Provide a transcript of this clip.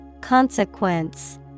Consequence